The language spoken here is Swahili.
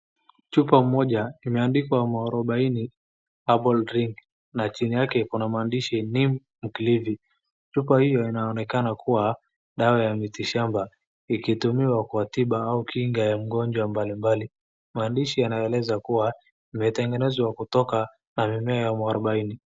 Chupa moja imeandikwa Muarubaini Herbal Drink na chini yake kuna maandishi neem mkilifi. Chupa hiyo inaonekana kuwa dawa ya mitishamba ikitumiwa kwa tiba au kinga ya ugonjwa mbalimbali. Maandishi yanaeleza kuwa imetengenezwa kutoka na mimea ya Muarubaini.